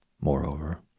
Moreover